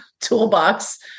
toolbox